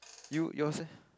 you yours leh